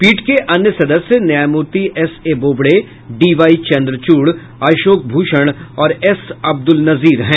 पीठ के अन्य सदस्य न्यायमूर्ति एसए बोबड़े डीवाई चन्द्रचूड़ अशोक भूषण और एस अब्दुल नजीर हैं